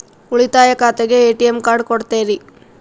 ಉಳಿತಾಯ ಖಾತೆಗೆ ATM card ಕೊಡ್ತೇರಿ?